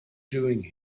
doing